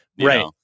right